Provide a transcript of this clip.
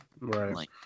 right